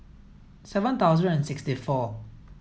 seven thousand and sixty four